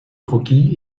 croquis